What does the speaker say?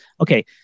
okay